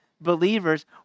believers